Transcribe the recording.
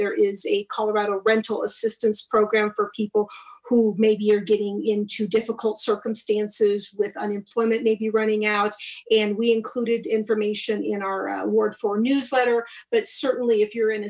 there is a colorado rental assistance program for people who maybe are getting into difficult circumstances with unemployment maybe running out and we included information in our ward four newsletter but certainly if you're in